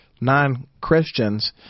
non-Christians